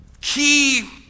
key